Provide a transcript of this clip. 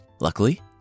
Luckily